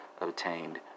obtained